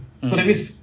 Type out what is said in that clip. mm